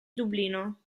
dublino